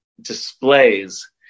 displays